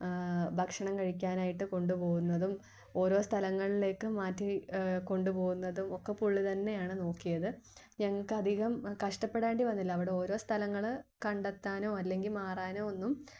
ഭക്ഷണം കഴിക്കാനായിട്ട് കൊണ്ടുപോവുന്നതും ഓരോ സ്ഥലങ്ങളിലേക്ക് മാറ്റി കൊണ്ടുപോവുന്നതും ഒക്കെ പുള്ളി തന്നെയാണ് നോക്കിയത് ഞങ്ങൾക്ക് അധികം കഷ്ടപ്പെടേണ്ടി വന്നില്ല അവിടെ ഓരോ സ്ഥലങ്ങൾ കണ്ടെത്താനോ അല്ലെങ്കിൽ മാറാനോ ഒന്നും